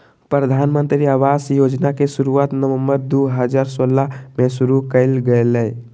प्रधानमंत्री आवास योजना के शुरुआत नवम्बर दू हजार सोलह में शुरु कइल गेलय